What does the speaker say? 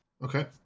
Okay